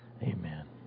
Amen